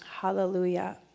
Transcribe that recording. Hallelujah